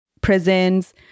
prisons